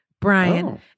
Brian